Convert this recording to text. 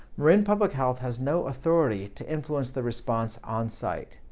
marin public health has no authority to influence the response on site,